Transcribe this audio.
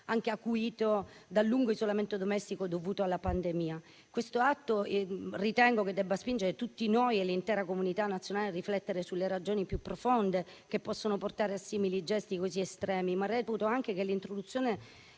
anche acuito dal lungo isolamento domestico dovuto alla pandemia. Questo atto ritengo che debba spingere tutti noi e l'intera comunità nazionale a riflettere sulle ragioni più profonde che possono portare a gesti così estremi, ma reputo anche che l'introduzione